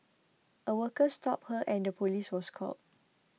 a worker stopped her and the police was called